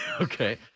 Okay